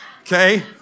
Okay